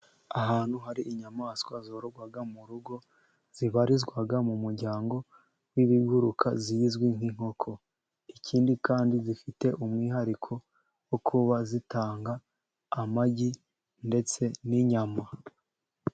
Ahantu hari inyamaswa zororwa mu rugo, zibarizwa mu muryango w'ibiguruka zizwi nk'inkoko. Ikindi kandi zifite umwihariko wo kuba zitanga amagi, ndetse n'inyama.